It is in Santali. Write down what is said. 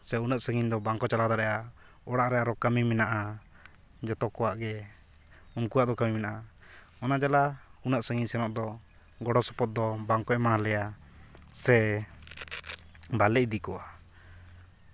ᱥᱮ ᱩᱱᱟᱹᱜ ᱥᱟᱺᱜᱤᱧ ᱫᱚ ᱵᱟᱝᱠᱚ ᱪᱟᱞᱟᱣ ᱫᱟᱲᱮᱜᱼᱟ ᱚᱲᱟᱜ ᱨᱮ ᱟᱨᱚ ᱠᱟᱹᱢᱤ ᱢᱮᱱᱟᱜᱼᱟ ᱡᱚᱛᱚ ᱠᱚᱣᱟᱜ ᱜᱮ ᱩᱱᱠᱩᱣᱟᱜ ᱜᱮ ᱠᱟᱹᱢᱤ ᱢᱮᱱᱟᱜᱼᱟ ᱚᱱᱟ ᱡᱟᱞᱟ ᱩᱱᱟᱹᱜ ᱥᱟᱺᱜᱤᱧ ᱥᱮᱱᱚᱜ ᱫᱚ ᱜᱚᱲᱚ ᱥᱚᱯᱚᱦᱚᱫ ᱫᱚ ᱵᱟᱝᱠᱚ ᱮᱢᱟᱞᱮᱭᱟ ᱥᱮ ᱵᱟᱞᱮ ᱤᱫᱤ ᱠᱚᱣᱟ